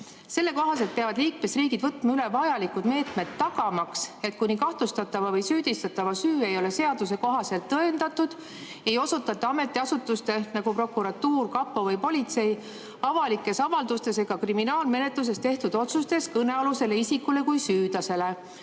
Selle kohaselt peavad liikmesriigid võtma üle vajalikud meetmed, tagamaks, et kuni kahtlustatava või süüdistatava süü ei ole seaduse kohaselt tõendatud, ei osutata ametiasutuste, nagu prokuratuur, kapo või politsei avalikes avaldustes ega kriminaalmenetluses tehtud otsustes kõnealusele isikule kui süüdlasele.